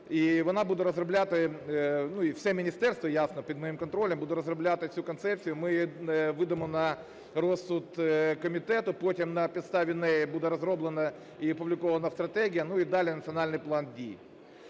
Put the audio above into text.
вона буде розробляти, ну, і все міністерство, ясно, під моїм контролем, буде розробляти цю концепцію. Ми видамо на розсуд комітету. Потім на підставі неї буде розроблена і опублікована стратегія, ну, і далі національний план дій.